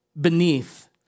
beneath